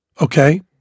okay